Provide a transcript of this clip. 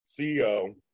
CEO